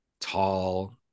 tall